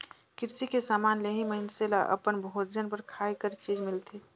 किरसी के समान ले ही मइनसे ल अपन भोजन बर खाए कर चीज मिलथे